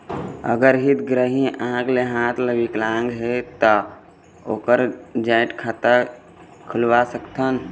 अगर हितग्राही आंख ले हाथ ले विकलांग हे ता ओकर जॉइंट खाता खुलवा सकथन?